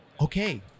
okay